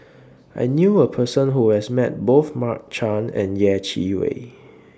I knew A Person Who has Met Both Mark Chan and Yeh Chi Wei